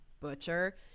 butcher